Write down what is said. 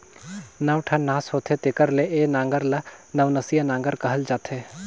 नौ ठन नास होथे तेकर ले ए नांगर ल नवनसिया नागर कहल जाथे